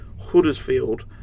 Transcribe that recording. Huddersfield